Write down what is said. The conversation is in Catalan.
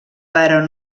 però